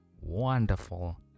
wonderful